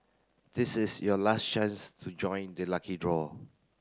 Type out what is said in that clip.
this is your last chance to join the lucky draw